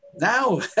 now